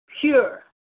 pure